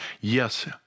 Yes